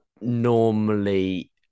normally